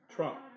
Trump